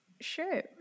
Sure